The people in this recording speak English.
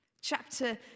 Chapter